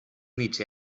nits